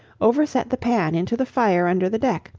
overset the pan into the fire under the deck,